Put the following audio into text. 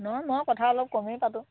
নহয় মই কথা অলপ কমেই পাতোঁ